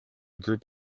group